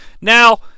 Now